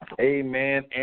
Amen